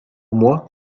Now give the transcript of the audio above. moi